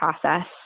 process